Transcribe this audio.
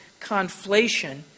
conflation